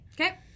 Okay